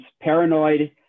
Paranoid